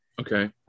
Okay